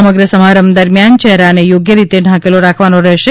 સમગ્ર સમારંભ દરમિયાન ચહેરાને યોગ્ય રીતે ઢાંકેલો રાખવાનો રહેશે